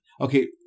Okay